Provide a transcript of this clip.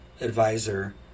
advisor